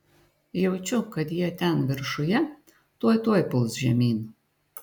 jaučiu kad jie ten viršuje tuoj tuoj puls žemyn